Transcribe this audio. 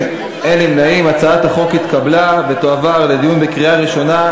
התשע"ג 2013,